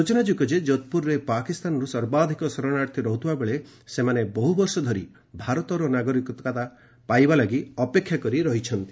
ସୂଚନାଯୋଗ୍ୟ ଯୋଧପୁରରେ ପାକିସ୍ଥାନରୁ ସର୍ବାଧିକ ଶରଣାର୍ଥୀ ରହୁଥିବା ବେଳେ ସେମାନେ ବହୁବର୍ଷ ଧରି ଭାରତର ନାଗରିକତା ପାଇବା ଲାଗି ଅପେକ୍ଷା କରି ରହିଛନ୍ତି